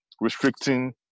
restricting